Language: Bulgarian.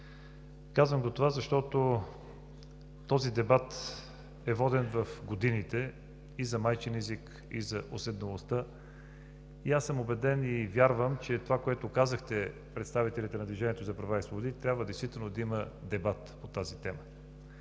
Казвам това, защото този дебат е воден в годините – и за майчин език, и за уседналостта. Аз съм убеден и вярвам, че това, което казахте за представителите на „Движението за права и свободи“, че трябва действително да има дебат по тази тема.